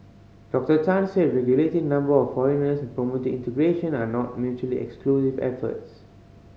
Doctor Tan said regulating number of foreigners and promoting integration are not mutually exclusive efforts